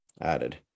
added